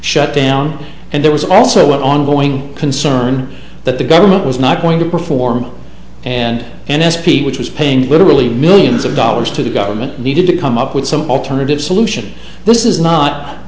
shut down and there was also an ongoing concern that the government was not going to perform and n s p which was paying literally millions of dollars to the government needed to come up with some alternative solution this is not